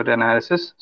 analysis